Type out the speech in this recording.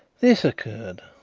this occurred.